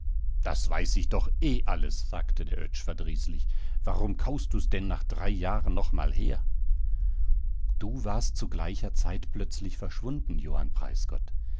das weiß ich doch eh alles sagte der oetsch verdrießlich warum kaust du's denn nach drei jahren noch mal her du warst zu gleicher zeit plötzlich verschwunden johann